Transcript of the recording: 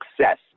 success